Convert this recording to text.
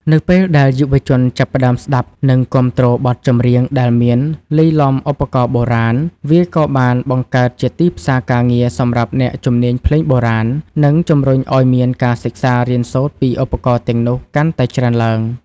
នៅពេលដែលយុវជនចាប់ផ្តើមស្តាប់ និងគាំទ្របទចម្រៀងដែលមានលាយឡំឧបករណ៍បុរាណ វាក៏បានបង្កើតជាទីផ្សារការងារសម្រាប់អ្នកជំនាញភ្លេងបុរាណ និងជំរុញឱ្យមានការសិក្សារៀនសូត្រពីឧបករណ៍ទាំងនោះកាន់តែច្រើនឡើង។